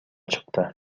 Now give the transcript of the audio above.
чыкты